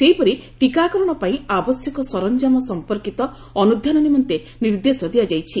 ସେହିପରି ଟିକାକରଣ ପାଇଁ ଆବଶ୍ୟକ ସରଞାମ ସମ୍ପର୍କିତ ଅନୁଧ୍ଯାନ ନିମନ୍ତେ ନିର୍ଦ୍ଦେଶ ଦିଆଯାଇଛି